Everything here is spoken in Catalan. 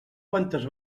quantes